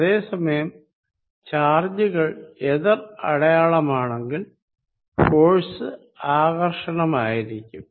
അതെ സമയം ചാർജുകൾ എതിർ അടയാളമാണെങ്കിൽ ഫോഴ്സ് ആകർഷണമായിരിക്കും